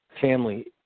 Family